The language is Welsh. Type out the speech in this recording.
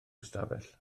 ystafell